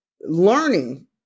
learning